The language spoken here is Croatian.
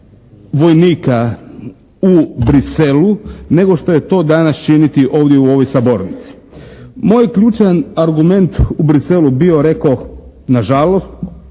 Moj ključan argument u Bruxellesu bio reko nažalost